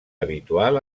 habitual